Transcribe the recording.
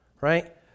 right